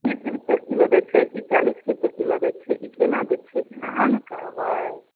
तीस रुपैए किलो दै छिए कि चालिस रुपैए किलो दै छिए कि कोना दै छिए अहाँ ने कहबै